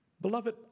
Beloved